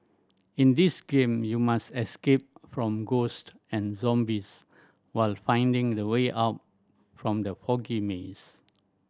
in this game you must escape from ghost and zombies while finding the way out from the foggy maze